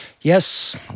Yes